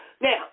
Now